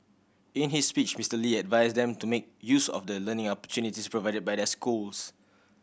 in his speech Mister Lee advised them to make use of the learning opportunities provided by their schools